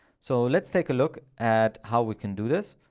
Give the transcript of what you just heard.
so let's take a look at how we can do this.